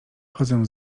chodzę